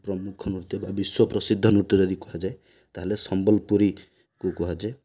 ପ୍ରମୁଖ ନୃତ୍ୟ ବା ବିଶ୍ୱ ପ୍ରସିଦ୍ଧ ନୃତ୍ୟ ଯଦି କୁହାଯାଏ ତାହେଲେ ସମ୍ବଲପୁରୀକୁ କୁହାଯାଏ